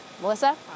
Melissa